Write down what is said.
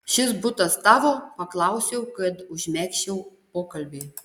šis butas tavo paklausiau kad užmegzčiau pokalbį